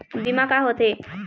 बीमा का होते?